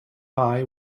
pie